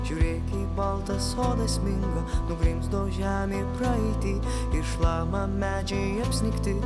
žiūrėk į baltą sodą sminga nugrimzdo žemė praeity ir šlama medžiai apsnigti